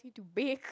me to bake